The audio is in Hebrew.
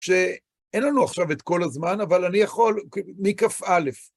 שאין לנו עכשיו את כל הזמן, אבל אני יכול, מכ"א,